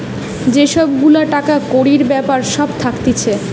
যে সব গুলা টাকা কড়ির বেপার সব থাকতিছে